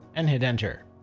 and hit enter.